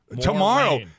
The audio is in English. Tomorrow